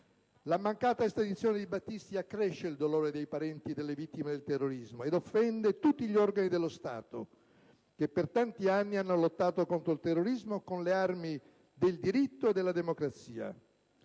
La mancata estradizione di Battisti accresce il dolore dei parenti delle vittime del terrorismo e offende tutti gli organi dello Stato, che per tanti anni hanno lottato contro il terrorismo con le armi del diritto e della democrazia,